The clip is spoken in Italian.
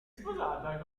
sposata